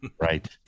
Right